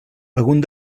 alguns